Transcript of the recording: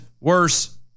worse